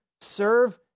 serve